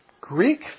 Greek